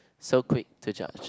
so quick to judge